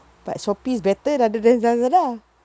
but shopee is better rather than lazada